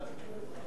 אורי אורבך,